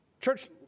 church